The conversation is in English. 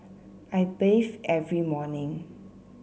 I bathe every morning